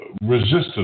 resistance